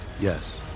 Yes